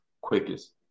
quickest